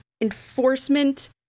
enforcement